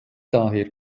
daher